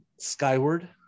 skyward